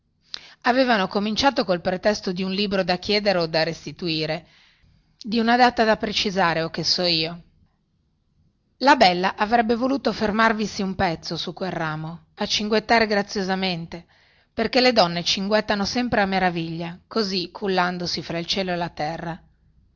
avevano cominciato col pretesto di un libro da chiedere o da restituire di una data da precisare o che so io la bella avrebbe voluto fermarvisi un pezzo su quel ramo a cinguettare graziosamente perchè le donne cinguettano sempre a meraviglia così cullandosi fra il cielo e la terra